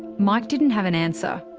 mike didn't have an answer.